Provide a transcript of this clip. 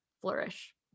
flourish